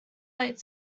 late